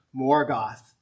Morgoth